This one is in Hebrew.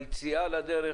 היציאה לדרך.